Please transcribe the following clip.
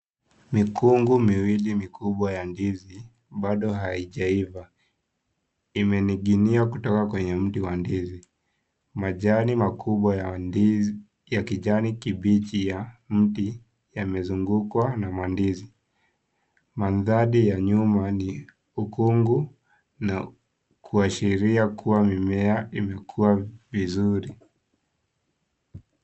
Mikungu miwili mikubwa ya ndizi bado haijaiva imening'ini kutoka kwenye mti wa ndizi. Majani makubwa ya kijani kibichi ya mti yamezungukwa na mandizi. Mandhari ya nyuma ni ukungu na kuashiria kuwa mimea imekuwa vizuri.